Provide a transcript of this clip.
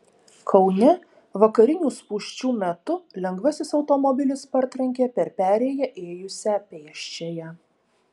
kaune vakarinių spūsčių metu lengvasis automobilis partrenkė per perėją ėjusią pėsčiąją